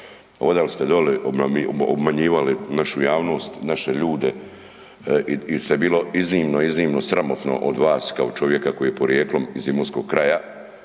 Odali ste doli, obmanjivali našu javnost, naše ljude i što je bilo iznimno, iznimno sramotno od vas kao čovjeka koji je porijeklom iz imotskog kraja.